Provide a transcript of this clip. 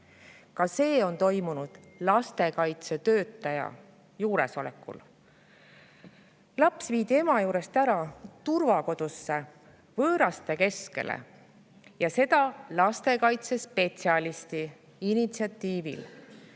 Ka see on toimunud lastekaitsetöötaja juuresolekul. Laps viidi ema juurest ära turvakodusse võõraste keskele, ja seda lastekaitsespetsialisti initsiatiivil.